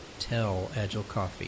TellAgileCoffee